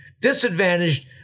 disadvantaged